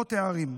ברחובות הערים.